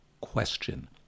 Question